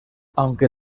aunque